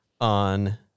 on